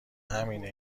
همینه